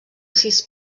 sis